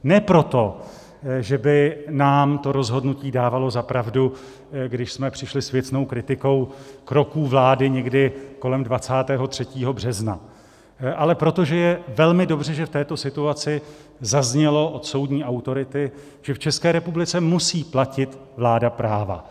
Ne proto, že by nám to rozhodnutí dávalo za pravdu, když jsme přišli s věcnou kritikou kroků vlády někdy kolem 23. března 2020, ale proto, že je velmi dobře, že v této situaci zaznělo od soudní autority, že v České republice musí platit vláda práva.